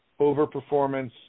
overperformance